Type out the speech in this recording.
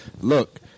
Look